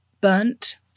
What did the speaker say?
burnt